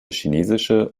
chinesische